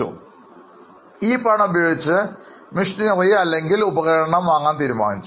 അതിനാൽ ഈ പണമുപയോഗിച്ച് മെഷിനറി അല്ലെങ്കിൽ ഉപകരണങ്ങൾ വാങ്ങാൻ തീരുമാനിച്ചു